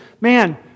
man